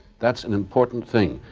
that's an important thing.